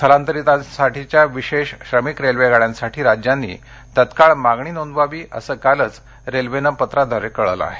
स्थलांतरितांसाठीच्या विशेष श्रमिक रेल्वेगाड्यांसाठी राज्यांनी तत्काळ मागणी नोंदवावी असं कालच रेल्वेनं पत्राद्वारे कळवलं आहे